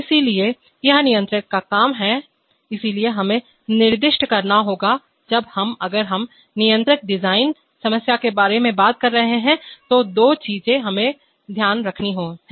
इसलिए यह नियंत्रक का काम है इसलिए हमें निर्दिष्ट करना होगाजब हमअगर हम नियंत्रक डिजाइन समस्या के बारे में बात कर रहे हैं तो दो चीजें हैं जो हमें करनी हैं